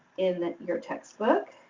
in your textbook.